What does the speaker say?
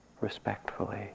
respectfully